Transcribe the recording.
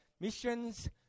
missions